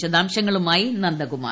വിശദാംശങ്ങളുമായി നന്ദകുമാർ